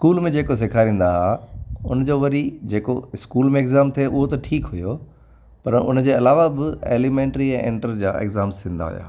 school में जेको सेखारींदा हुआ उन जो वरी जेको स्कूल में एग़्ज़ाम थिए उहो त ठीकु हुयो पर उन जे अलावा बि एलीमेंट्री ऐं इंटर जा एग़्ज़ाम्स थींदा हुया